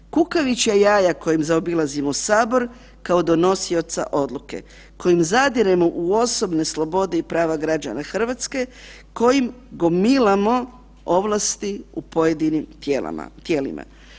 Kukavičja jaja kojim zaobilazimo Sabor kao donosioca odluke kojim zadiremo u osobne slobode i prava građana Hrvatske kojim gomilamo ovlasti u pojedinim tijelima.